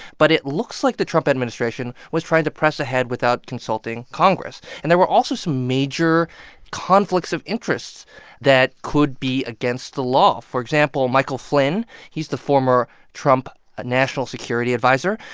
but it looks like the administration was trying to press ahead without consulting congress and there were also some major conflicts of interest that could be against the law for example, michael flynn he's the former trump national security adviser.